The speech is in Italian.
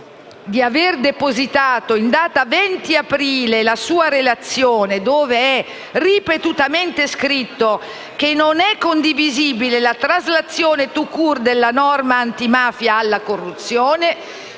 di aver depositato in data 20 aprile una sua relazione ove è ripetutamente scritto che non è condivisibile la traslazione *tout court* della normativa antimafia alla corruzione.